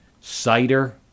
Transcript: cider